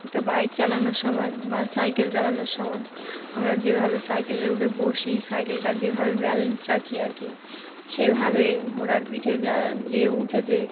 একটা বাইক চালানোর সময় বা সাইকেল চালানোর সময় আমরা যেভাবে সাইকেলের উপরে বসি সাইকেলটা যেভাবে ব্যালেন্স রাখি আর কি সেভাবে ঘোড়ার পিঠে যারা যে উঠেছে